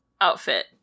outfit